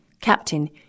Captain